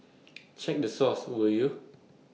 check the source will you